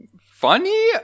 funny